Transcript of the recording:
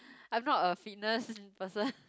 I'm not a fitness person